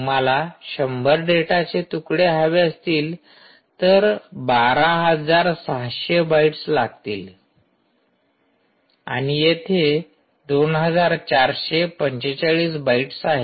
तुम्हाला १०० डेटाचे तुकडे हवे असतील तर १२६०० बाईटस लागतील आणि येथे 2445 बाइट्स आहेत